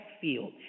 field